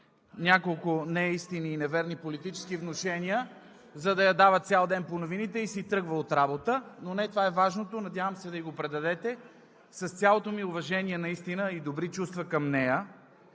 няколко неистини и неверни политически внушения, за да я дават цял ден по новините, и си тръгва от работа. Но не това е важното, надявам се да ѝ го предадете. С цялото ми уважение наистина и добри чувства към нея,